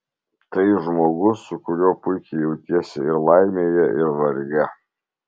tai žmogus su kuriuo puikiai jautiesi ir laimėje ir varge